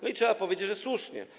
I trzeba powiedzieć, że słusznie.